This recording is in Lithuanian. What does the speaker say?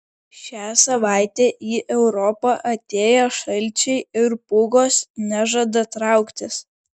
šią savaitę į europą atėję šalčiai ir pūgos nežada trauktis